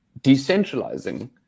decentralizing